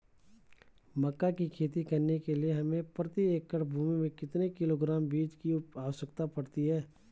मक्का की खेती करने के लिए हमें प्रति एकड़ भूमि में कितने किलोग्राम बीजों की आवश्यकता पड़ती है?